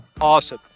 Awesome